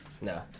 No